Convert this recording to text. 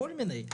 כל מיני.